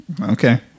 Okay